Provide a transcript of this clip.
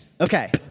Okay